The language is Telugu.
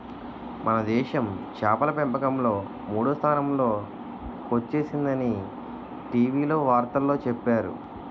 మనదేశం చేపల పెంపకంలో మూడో స్థానంలో కొచ్చేసిందని టీ.వి వార్తల్లో చెప్పేరు